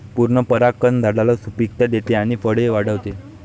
पूर्ण परागकण झाडाला सुपिकता देते आणि फळे वाढवते